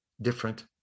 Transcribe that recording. different